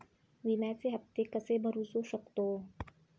विम्याचे हप्ते कसे भरूचो शकतो?